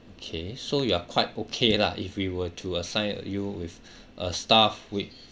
okay so you are quite okay lah if we were to assign uh you with a staff which